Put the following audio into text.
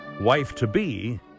wife-to-be